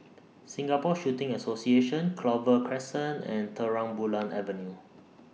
Singapore Shooting Association Clover Crescent and Terang Bulan Avenue